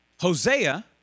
Hosea